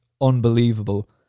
unbelievable